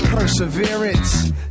Perseverance